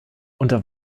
unter